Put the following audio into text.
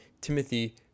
Timothy